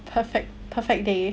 perfect perfect day